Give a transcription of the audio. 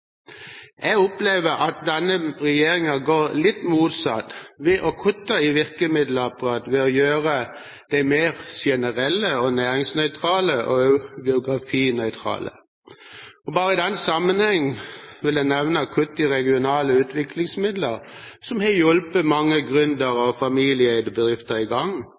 Jeg opplever at denne regjeringen går litt motsatt ved å kutte i virkemiddelapparatet, ved å gjøre dem mer generelle og næringsnøytrale og også geografinøytrale. I den sammenheng vil jeg bare nevne kutt i regionale utviklingsmidler, som har hjulpet mange gründere og familieeide bedrifter i gang.